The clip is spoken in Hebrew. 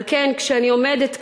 על כן, כשאני עומדת כאן,